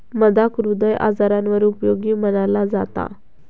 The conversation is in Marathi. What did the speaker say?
मधाक हृदय आजारांवर उपयोगी मनाला जाता